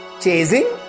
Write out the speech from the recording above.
Chasing